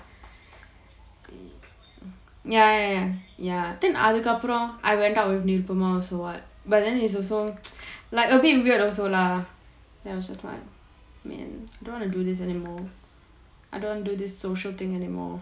ya ya ya then அதுக்கு அப்புறம்:athukku appuram I went out with also [what] but then it's also like a bit weird also lah then I was just like I don't wanna do this anymore I don't want do this social thing anymore